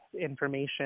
information